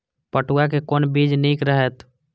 पटुआ के कोन बीज निक रहैत?